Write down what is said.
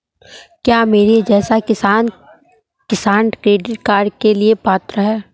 क्या मेरे जैसा किसान किसान क्रेडिट कार्ड के लिए पात्र है?